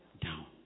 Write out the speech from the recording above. down